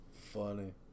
funny